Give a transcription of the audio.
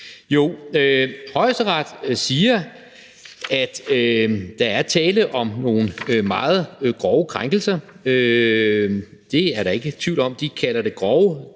Jo, Højesteret siger, at der er tale om nogle meget grove krænkelser. Det er der ikke tvivl om. De kalder det grove